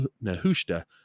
Nehushta